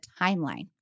timeline